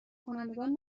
کنندگان